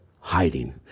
hiding